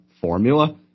formula